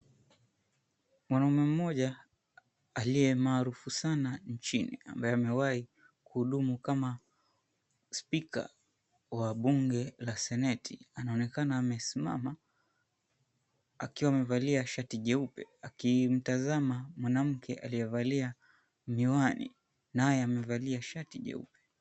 Mwanamme mmoja aliye maarufu sana nchini, amewahi kuhudumu kama spika wa Bunge la Seneti. Ameonekana amesimama akiwa amevalia shati jeupe, akimtazama mwanamke aliyevalia miwani, naye amevalia shati jeupe.